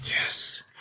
Yes